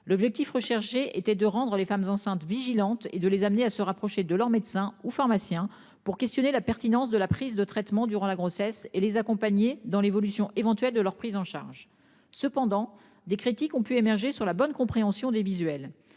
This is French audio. L'objectif recherché était de rendre les femmes enceintes vigilante et de les amener à se rapprocher de leur médecin ou pharmacien pour questionner la pertinence de la prise de traitement durant la grossesse et les accompagner dans l'évolution éventuelle de leur prise en charge. Cependant, des critiques ont pu émerger sur la bonne compréhension des visuels